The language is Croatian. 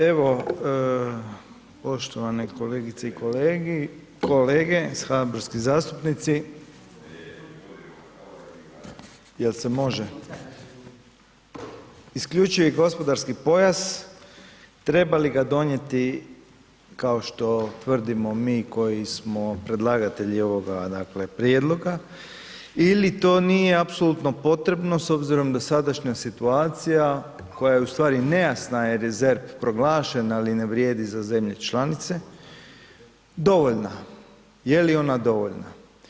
Evo, poštovane kolegice i kolege, saborski zastupnici, jel se može, isključivi gospodarski pojas treba li ga donijeti kao što tvrdimo mi koji smo predlagatelji ovoga, dakle, prijedloga ili to nije apsolutno potrebno s obzirom da sadašnja situacija koja je u stvari nejasna jer je ZERP proglašen, ali ne vrijedi za zemlje članice, dovoljna, je li ona dovoljna?